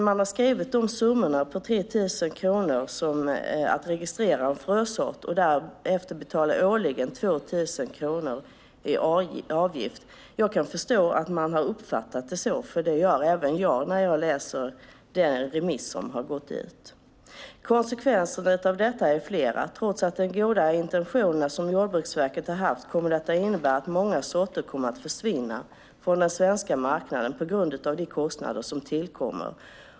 Man har angivit beloppet 3 000 kronor för att registrera en frösort och därefter en årlig avgift på 2 000 kronor. Jag förstår att man har uppfattat det så; det gör även jag när jag läser den remiss som har gått ut. Konsekvenserna av detta är flera. Trots de god intentioner som Jordbruksverket har haft kommer många sorter att försvinna från den svenska marknaden på grund av de kostnader som tillkommer.